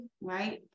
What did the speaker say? right